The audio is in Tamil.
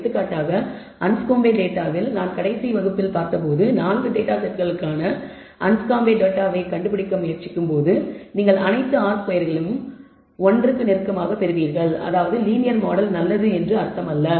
எடுத்துக்காட்டாக அன்ஸ்காம்பே டேட்டா நான் கடைசி வகுப்பில் பார்த்தபோது 4 டேட்டா செட்களுக்கான அன்ஸ்காம்ப் டேட்டாவைக் கண்டுபிடிக்க முயற்சித்தால் நீங்கள் அனைத்து r ஸ்கொயர்களையும் 1 க்கு நெருக்கமாகப் பெறுவீர்கள் அதாவது லீனியர் மாடல் நல்லது என்று அர்த்தமல்ல